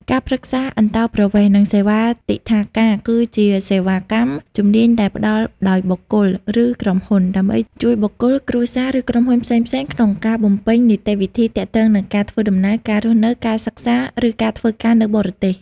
ការប្រឹក្សាអន្តោប្រវេសន៍ និង សេវាទិដ្ឋាការ គឺជាសេវាកម្មជំនាញដែលផ្តល់ដោយបុគ្គល ឬក្រុមហ៊ុន ដើម្បីជួយបុគ្គល គ្រួសារ ឬក្រុមហ៊ុនផ្សេងៗក្នុងការបំពេញនីតិវិធីទាក់ទងនឹងការធ្វើដំណើរ ការរស់នៅ ការសិក្សា ឬការធ្វើការនៅបរទេស។